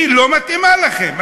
היא לא מתאימה לכם.